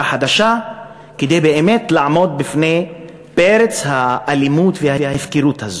החדשה כדי באמת לעמוד בפני פרץ האלימות וההפקרות הזאת.